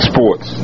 Sports